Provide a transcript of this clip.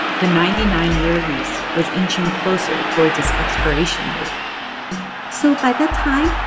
the ninety nine year lease was inching closer towards its expiration date so by that time,